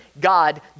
God